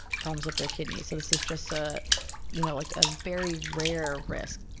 problems with their kidneys. so, this is just a you know like a very rare risk.